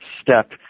step